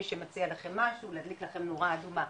מי שמציע לכם משהו, להדליק לכם נורה אדומה.